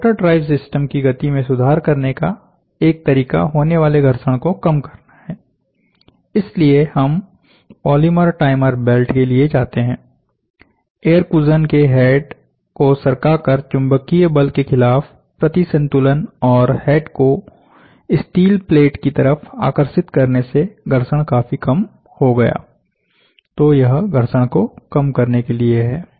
motor drive system की गति में सुधार करने का एक तरीका होने वाले घर्षण को कम करना है इसलिए हम पॉलीमर टाइमर बेल्ट के लिए जाते हैं एयर कुशन के हेड को सरकाकर चुंबकीय बल के खिलाफ प्रतिसंतुलन और हेड को स्टील प्लेट की तरफ आकर्षित करने से घर्षण काफी कम हो गया तो यह घर्षण को कम करने के लिए है